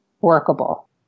workable